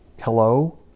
hello